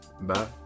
bye